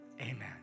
Amen